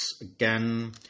again